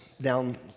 down